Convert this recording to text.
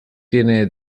tiene